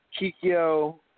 Kikyo